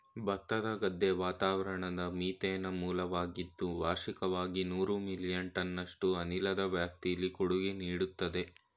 ಭತ್ತದ ಗದ್ದೆ ವಾತಾವರಣದ ಮೀಥೇನ್ನ ಮೂಲವಾಗಿದ್ದು ವಾರ್ಷಿಕವಾಗಿ ನೂರು ಮಿಲಿಯನ್ ಟನ್ನಷ್ಟು ಅನಿಲದ ವ್ಯಾಪ್ತಿಲಿ ಕೊಡುಗೆ ನೀಡ್ತದೆ